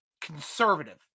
conservative